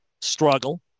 struggle